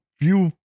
view